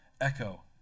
echo